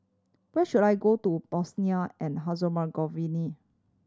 where should I go to Bosnia and Herzegovina